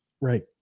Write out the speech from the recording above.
right